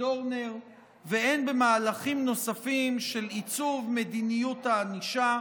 דורנר והן במהלכים נוספים של עיצוב מדיניות הענישה,